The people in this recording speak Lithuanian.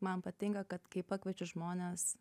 man patinka kad kai pakviečiu žmones